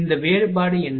இந்த வேறுபாடு என்ன